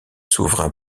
souverains